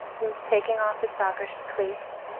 he was taking off his soccer cleats.